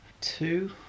two